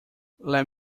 let